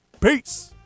Peace